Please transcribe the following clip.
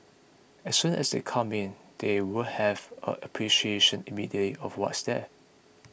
as soon as they come in they will have a appreciation immediately of what's there